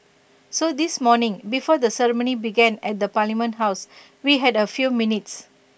so this morning before the ceremony began at parliament house we had A few minutes